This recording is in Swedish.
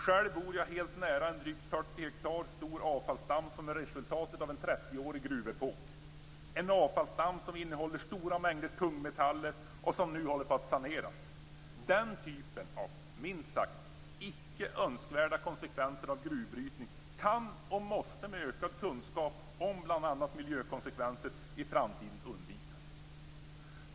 Själv bor jag mycket nära en drygt 40 hektar stor avfallsdamm som är resultatet av en 30-årig gruvepok - en avfallsdamm som innehåller stora mängder tungmetaller och som nu håller på att saneras. Den typen av minst sagt icke önskvärda konsekvenser av gruvbrytning kan och måste undvikas i framtiden, med ökad kunskap om bl.a. miljökonsekvenser.